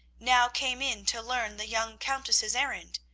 now came in to learn the young countess's errand,